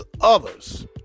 others